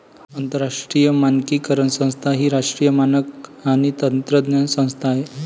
आंतरराष्ट्रीय मानकीकरण संस्था ही राष्ट्रीय मानक आणि तंत्रज्ञान संस्था आहे